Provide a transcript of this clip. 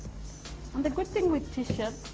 and the good thing with t-shirts.